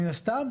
מן הסתם,